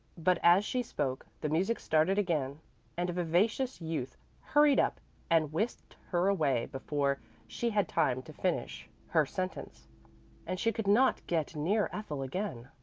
but as she spoke the music started again and a vivacious youth hurried up and whisked her away before she had time to finish her sentence and she could not get near ethel again.